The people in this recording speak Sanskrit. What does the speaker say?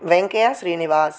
वेङ्कयश्रीनिवासः